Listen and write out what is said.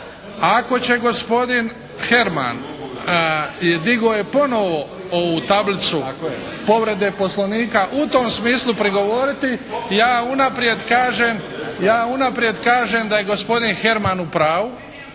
ako će gospodin Herman i digo je ponovo ovu tablicu povrede Poslovnika u tom smislu prigovoriti, ja unaprijed kažem da je gospodin Herman u pravu,